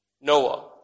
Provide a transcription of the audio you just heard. Noah